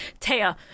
Taya